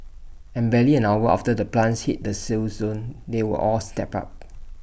and barely an hour after the plants hit the sale zone they were all snapped up